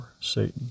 Satan